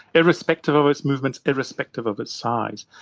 irrespective of its movements, irrespective of its size.